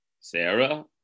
Sarah